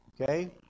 okay